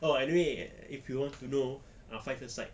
oh anyway if you want to know ah five aside